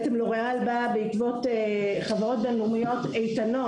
בעצם לוריאל באה בעקבות חברות בין לאומית איתנות,